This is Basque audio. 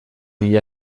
mila